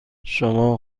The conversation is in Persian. شما